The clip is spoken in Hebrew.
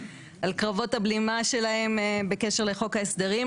על קרבות הבלימה שלהם בקשר לחוק ההסדרים.